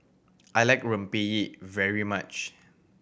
I like Rempeyek very much